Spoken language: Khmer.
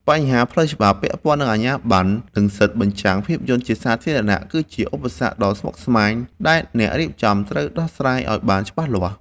បញ្ហាផ្លូវច្បាប់ពាក់ព័ន្ធនឹងអាជ្ញាបណ្ណ និងសិទ្ធិបញ្ចាំងភាពយន្តជាសាធារណៈ គឺជាឧបសគ្គដ៏ស្មុគស្មាញដែលអ្នករៀបចំត្រូវដោះស្រាយឱ្យបានច្បាស់លាស់។